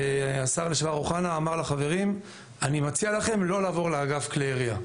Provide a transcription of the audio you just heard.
השר לשעבר אוחנה אמר לחברים - אני מציע לכם לא לעבור לאגף כלי ירייה.